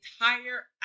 entire